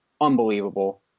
unbelievable